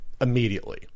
immediately